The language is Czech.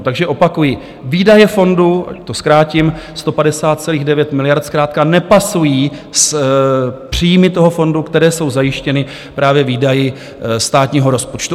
Takže opakuji, výdaje fondu to zkrátím, 150,9 miliardy zkrátka nepasují s příjmy toho fondu, které jsou zajištěny právě výdaji státního rozpočtu.